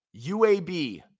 UAB